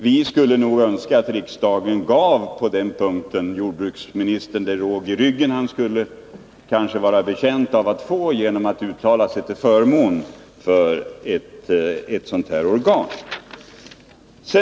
Vi skulle önska att riksdagen på den punkten gav jordbruksministern råg i ryggen genom att uttala sig till förmån för ett sådant organ.